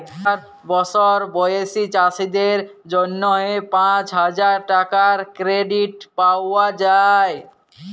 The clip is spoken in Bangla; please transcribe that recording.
আঠার বসর বয়েসী চাষীদের জ্যনহে পাঁচ হাজার টাকার কেরডিট পাউয়া যায়